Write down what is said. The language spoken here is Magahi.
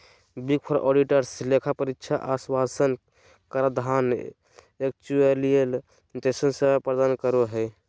बिग फोर ऑडिटर्स लेखा परीक्षा आश्वाशन कराधान एक्चुरिअल जइसन सेवा प्रदान करो हय